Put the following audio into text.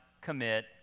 commit